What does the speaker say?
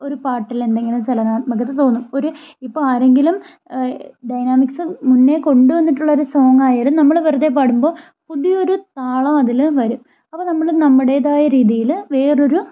ഒരു പാട്ടിൽ എന്തെങ്കിലും ചലനാത്മകത തോന്നും ഒരു ഇപ്പോൾ ആരെങ്കിലും ഡൈനാമിക്സ് മുന്നേ കൊണ്ടുവന്നിട്ടുള്ള ഒരു സോങ് ആയാലും നമ്മൾ വെറുതെ പാടുമ്പോൾ പുതിയൊരു താളം അതിൽ വരും അപ്പോൾ നമ്മൾ നമ്മളുടേതായ രീതിയിൽ വേറൊരു